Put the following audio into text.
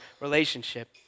relationship